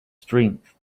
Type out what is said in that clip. strength